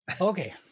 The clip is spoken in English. Okay